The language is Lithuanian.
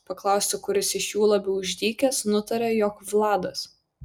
paklausti kuris iš jų labiau išdykęs nutaria jog vladas